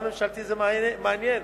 משרד ממשלתי זה מעניין,